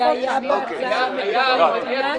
זה היה בהצעה המקורית.